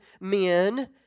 men